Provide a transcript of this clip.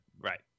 right